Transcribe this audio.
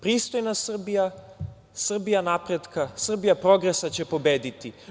Pristojna Srbija, Srbija napretka, Srbija progresa će pobediti.